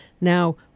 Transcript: Now